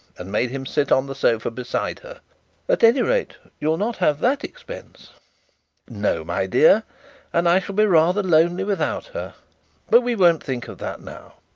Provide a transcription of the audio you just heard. and made him sit on the sofa beside her at any rate you'll not have that expense no, my dear and i shall be rather lonely without her but we won't think of that now.